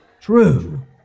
True